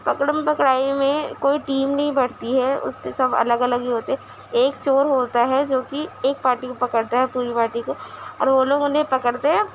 پکڑم پکڑائی میں کوئی ٹیم نہیں بٹتی ہے اس میں سب الگ الگ ہی ہوتے ہیں ایک چور ہوتا ہے جو کہ ایک پارٹی کو پکڑتا ہے پوری پارٹی کو اور وہ لوگ انہیں پکڑتے ہیں